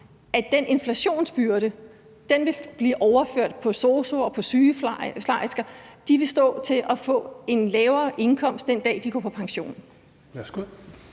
at den inflationsbyrde vil blive overført på sosu'er og på sygeplejersker? De vil stå til at få en lavere indkomst, den dag de går på pension. Kl.